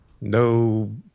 no